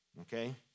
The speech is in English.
okay